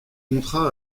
contrat